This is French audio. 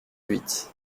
huit